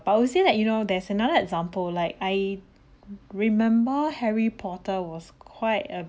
but I would say like you know there's another example like I remember harry porter was quite a